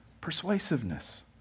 persuasiveness